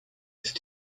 ist